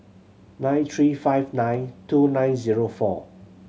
nine three five nine two nine zero four